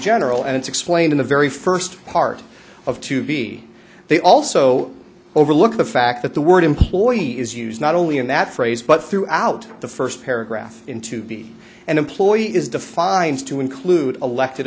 general and it's explained in the very first part of to be they also overlook the fact that the word employee is used not only in that phrase but throughout the first paragraph in to be an employee is defines to include elected